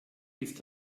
ist